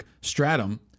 stratum